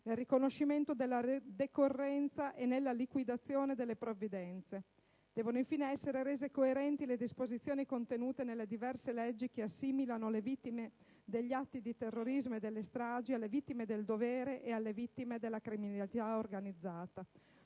nel riconoscimento della decorrenza e nella liquidazione delle provvidenze. Devono, infine, essere rese coerenti le disposizioni contenute nelle diverse leggi che assimilano le vittime degli atti di terrorismo e delle stragi alle vittime del dovere e della criminalità organizzata.